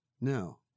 No